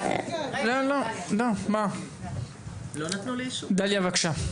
גליה בבקשה.